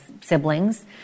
siblings